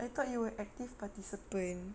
I thought you were active participant